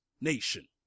nation